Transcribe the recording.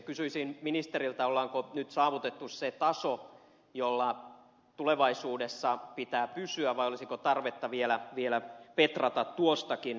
kysyisin ministeriltä onko nyt saavutettu se taso jolla tulevaisuudessa pitää pysyä vai olisiko tarvetta vielä petrata tuostakin